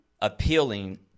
appealing